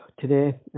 today